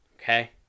okay